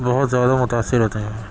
بہت زیادہ متأثر ہوتے ہیں